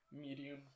medium